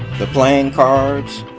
the playing cards